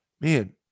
Man